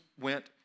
went